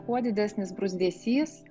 kuo didesnis bruzdesys